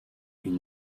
une